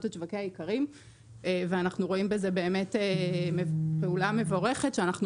את שוקי האיכרים ואנחנו רואים בזה באמת פעולה מבורכת שאנחנו